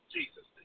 Jesus